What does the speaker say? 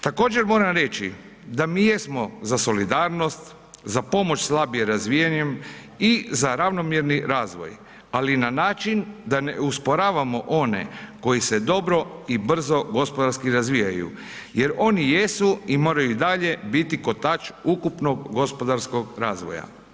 Također moram reći da mi jesmo za solidarnost, za pomoć slabije razvijenim i za ravnomjerni razvoj, ali na način da ne usporavamo one koji se dobro i brzo gospodarski razvijaju jer oni jesu i moraju i dalje biti kotač ukupnog gospodarskog razvoja.